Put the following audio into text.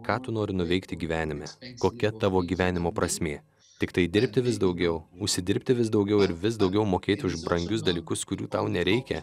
ką tu nori nuveikti gyvenime kokia tavo gyvenimo prasmė tiktai dirbti vis daugiau užsidirbti vis daugiau ir vis daugiau mokėti už brangius dalykus kurių tau nereikia